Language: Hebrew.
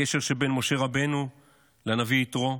לקשר שבין משה רבנו לנביא יתרו.